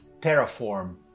terraform